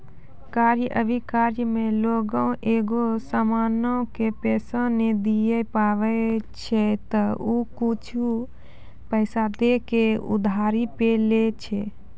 क्रय अभिक्रय मे लोगें एगो समानो के पैसा नै दिये पारै छै त उ कुछु पैसा दै के उधारी पे लै छै